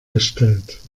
gestellt